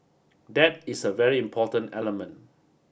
that is a very important element